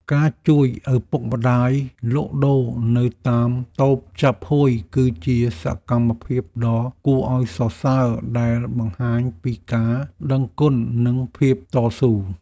ការជួយឪពុកម្តាយលក់ដូរនៅតាមតូបចាប់ហួយគឺជាសកម្មភាពដ៏គួរឱ្យសរសើរដែលបង្ហាញពីការដឹងគុណនិងភាពតស៊ូ។